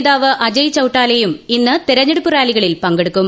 നേതാവ് അജയ് ചൌട്ടാലയും ഇന്ന് തെരഞ്ഞെടുപ്പ് റാലികളിൽ പങ്കെടുക്കും